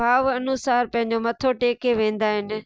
भाव अनुसार पंहिंजो मथो टेके वेंदा आहिनि